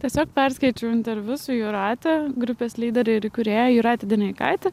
tiesiog perskaičiau interviu su jūratė grupės lyderė ir įkūrėja jūratė dineikaitė